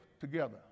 together